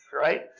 right